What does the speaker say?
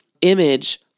image